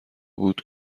بود